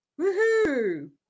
Woohoo